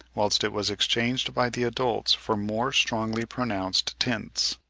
whilst it was exchanged by the adults for more strongly-pronounced tints.